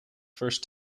first